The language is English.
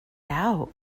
out